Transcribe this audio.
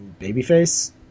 Babyface